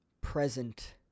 present